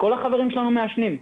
כל החברים שלנו מעשנים.